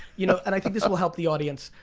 you know and i think this will help the audience.